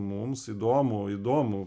mums įdomu įdomu